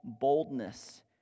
boldness